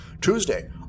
Tuesday